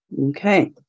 Okay